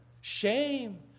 shame